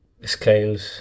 scales